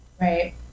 Right